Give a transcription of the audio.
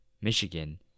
Michigan